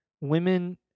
women